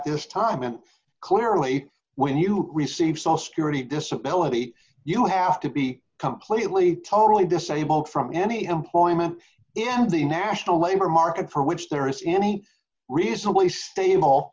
this time and clearly when you receive social security disability you have to be completely totally disabled from any employment in the national labor market for which there is any reasonably stable